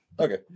Okay